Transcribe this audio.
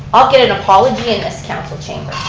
i'll get an apology in this council chamber.